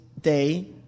day